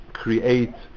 create